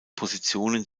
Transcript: positionen